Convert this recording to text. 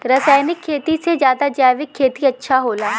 रासायनिक खेती से ज्यादा जैविक खेती अच्छा होला